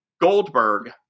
Goldberg